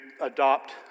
adopt